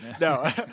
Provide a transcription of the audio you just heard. No